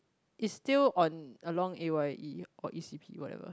it's still on along a_y_e or e_c_p whatever